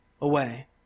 away